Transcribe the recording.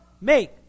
make